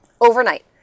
overnight